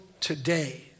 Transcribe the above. today